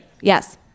Yes